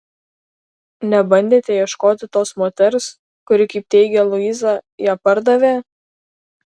nebandėte ieškoti tos moters kuri kaip teigia luiza ją pardavė